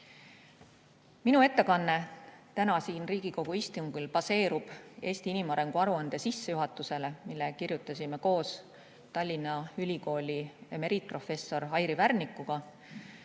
Minu ettekanne täna siin Riigikogu istungil baseerub "Eesti inimarengu aruande" sissejuhatusel, mille kirjutasime koos Tallinna Ülikooli emeriitprofessori Airi Värnikuga,